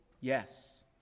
yes